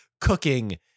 cooking